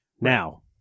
Now